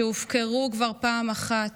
שהופקרו כבר פעם אחת,